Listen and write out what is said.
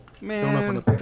Man